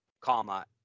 comma